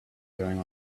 going